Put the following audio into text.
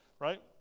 right